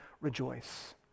rejoice